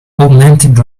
augmented